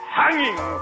hanging